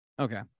Okay